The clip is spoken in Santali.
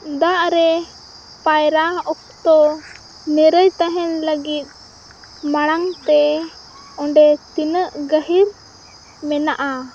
ᱫᱟᱜ ᱨᱮ ᱯᱟᱭᱨᱟ ᱚᱠᱛᱚ ᱱᱤᱨᱟᱹᱭ ᱛᱟᱦᱮᱱ ᱞᱟᱹᱜᱤᱫ ᱢᱟᱲᱟᱝᱛᱮ ᱚᱸᱰᱮ ᱛᱤᱱᱟᱹᱜ ᱜᱟᱦᱤᱨ ᱢᱮᱱᱟᱜᱼᱟ